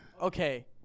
Okay